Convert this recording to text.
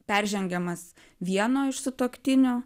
peržengiamas vieno iš sutuoktinių